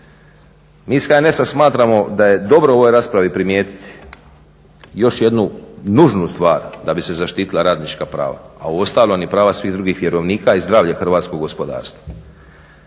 mi iz HNS-a smatramo da je dobro u ovoj raspravi primijetiti još jednu nužnu stvar da bi se zaštitila radnička prava a i uostalom i prava svih drugih vjerovnika i zdravlje hrvatskog gospodarstva.